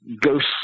ghost